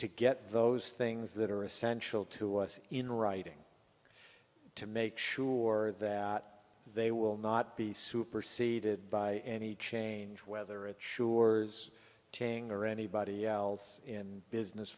to get those things that are essential to us in writing to make sure that they will not be superseded by any change whether it sures chang or anybody else in business